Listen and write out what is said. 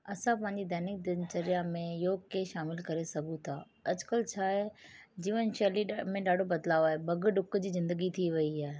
असां पंहिंजी दैनिक दिनचर्या में योग खे शामिलु करे सघूं था अॼुकल्ह छा आहे जीवन शैली में ॾाढो बदलाव आहे भग ॾुक जी ज़िंदगी थी वई आहे